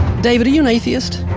david, are you an atheist?